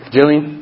Jillian